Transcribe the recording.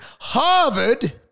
Harvard